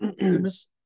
Miss